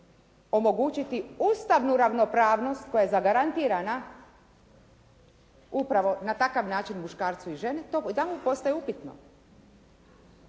omogućiti ustavnu ravnopravnost koja je zagarantirana upravo na takav način muškarcu i ženi odjedanput to postaje upitno.